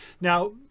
Now